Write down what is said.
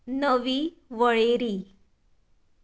नवी वळेरी